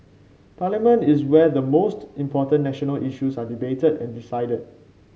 parliament is where the most important national issues are debated and decided